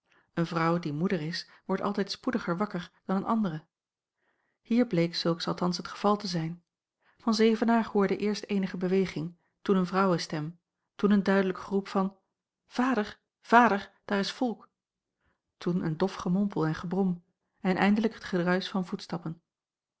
een vrouw die moeder is wordt altijd spoediger wakker dan een andere hier bleek zulks althans het geval te zijn van zevenaer hoorde eerst eenige beweging toen een vrouwestem toen een duidelijk geroep van vader vader daar is volk toen een dof gemompel en gebrom en eindelijk het gedruis van voetstappen